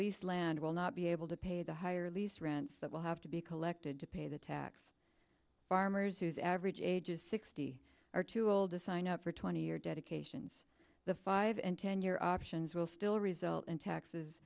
lease land will not be able to pay the higher lease rents that will have to be collected to pay the tax farmers whose average age is sixty or too old to sign up for twenty year dedications the five and ten year options will still result in taxes